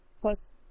Plus